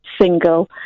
single